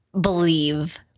believe